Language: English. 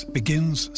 begins